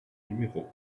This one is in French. numéro